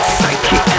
Psychic